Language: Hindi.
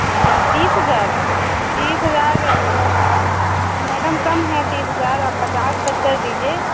अच्छा तीस हज़ार तीस हज़ार मैडम कम है तीस हज़ार आप पचास तक कर दीजिए